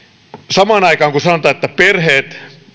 kun sanotaan että perheet